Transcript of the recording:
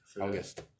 August